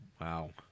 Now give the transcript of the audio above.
Wow